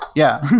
yeah.